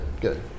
good